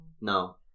no